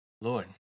Lord